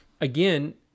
again